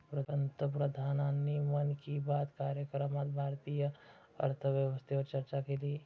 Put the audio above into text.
पंतप्रधानांनी मन की बात कार्यक्रमात भारतीय अर्थव्यवस्थेवर चर्चा केली